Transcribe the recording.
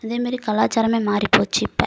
இதே மாரி கலாச்சாரமே மாறிப்போச்சு இப்போ